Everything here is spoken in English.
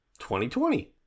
2020